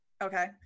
okay